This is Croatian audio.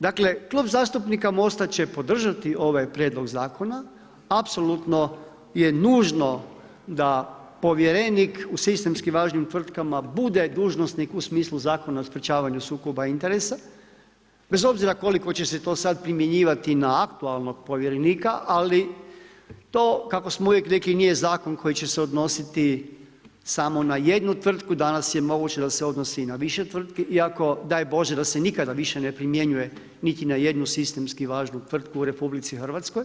Dakle, Klub zastupnika MOst-a će podržati ovaj prijedlog zakona. apsolutno je nužno da povjerenik u sistemski važnim tvrtkama bude dužnosnik u smislu Zakona o sprečavanju sukoba interesa bez obzira koliko će se to sada primjenjivati na aktualnog povjerenika, ali to kako smo uvijek rekli nije zakon koji će se odnositi samo na jednu tvrtku, danas je moguće da se odnosi i na više tvrtki iako daj Bože da se nikada više ne primjenjuje niti na jednu sistemski važnu tvrtku u RH.